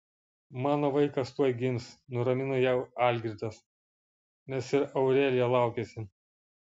mano vaikas tuoj gims nuramino ją algirdas nes ir aurelija laukėsi